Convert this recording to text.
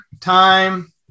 time